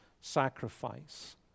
sacrifice